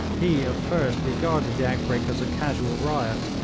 he at first regarded the outbreak as a casual riot,